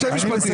שני משפטים.